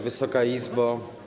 Wysoka Izbo!